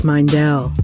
Mindell